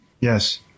yes